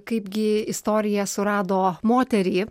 kaipgi istorija surado moterį